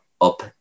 up